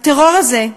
הטרור הזה,